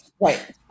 right